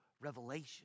revelation